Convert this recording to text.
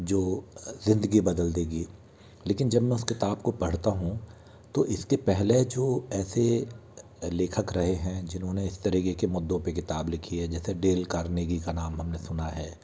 जो ज़िंदगी बदल देगी लेकिन जब मैं उस किताब को पढ़ता हूँ तो इसके पहले जो ऐसे लेखक रहे हैं जिन्होंने इस तरीक़े के मद्दों पर किताब लिखी है जैसे डेल कारनेगी का नाम हम ने सुना है